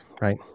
right